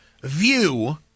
view